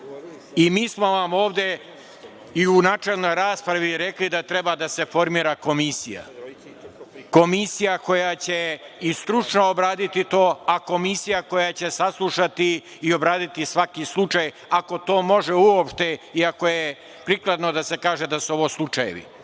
i mi smo vam ovde i u načelnoj raspravi rekli da treba da se formira komisija. Komisija koja će i stručno obraditi to, a i komisija koja će saslušati i obraditi svaki slučaj ako to može uopšte i ako je prikladno da se kaže da su ovo slučajevu.